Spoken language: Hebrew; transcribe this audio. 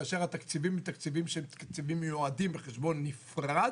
כאשר התקציבים הם תקציבים שהם תקציבים מיועדים בחשבון נפרד,